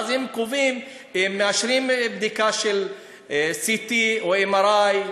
ואז הם קובעים אם מאשרים בדיקה של CT או MRI,